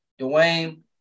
Dwayne